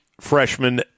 freshman